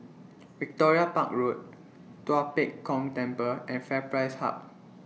Victoria Park Road Tua Pek Kong Temple and FairPrice Hub